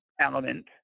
element